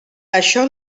això